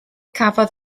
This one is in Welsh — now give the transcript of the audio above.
cafodd